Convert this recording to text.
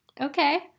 okay